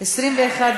את הצעת חוק